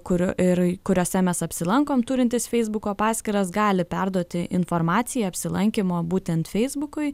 kurių ir kuriose mes apsilankom turintys feisbuko paskyras gali perduoti informaciją apsilankymo būtent feisbukui